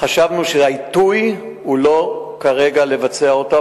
חשבנו שהעיתוי מחייב לא לבצע כרגע,